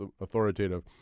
authoritative